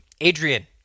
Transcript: Adrian